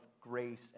grace